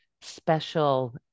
special